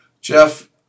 Jeff